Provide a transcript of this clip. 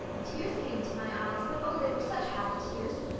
tears came into my eyes, but, oh, they were such happy tears.